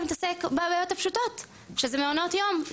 מתעסק בבעיות הפשוטות שזה מעונות יום,